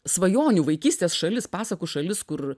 svajonių vaikystės šalis pasakų šalis kur